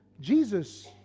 Jesus